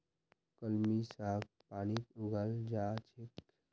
कलमी साग पानीत उगाल जा छेक